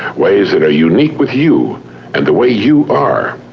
ways that are unique with you and the way you are.